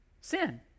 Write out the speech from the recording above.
Sin